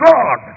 God